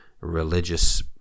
religious